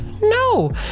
No